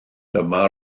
dyma